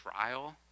trial